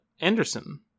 Anderson